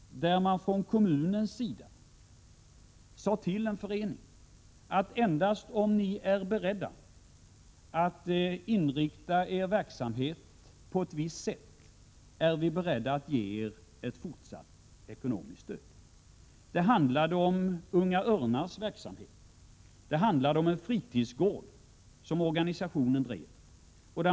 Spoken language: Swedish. Från kommunens sida sade man till en förening, att endast om ni vill inrikta er verksamhet på ett visst sätt, så är vi beredda att ge er ett fortsatt ekonomiskt stöd. Det handlade om Unga örnars verksamhet, en fritidsgård som organisationen drev.